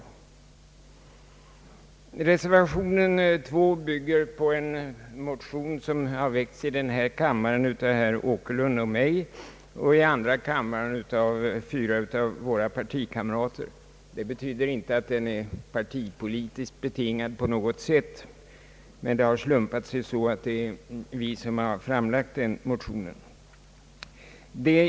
Reservation 2 bygger på en motion som väckts i denna kammare av herr Åkerlund och mig och i andra kammaren av fyra av våra partikamrater. Det betyder inte att den är partipolitiskt betingad på något sätt, utan det har slumpat sig så att det är vi som har lagt fram denna motion.